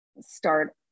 Start